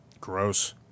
Gross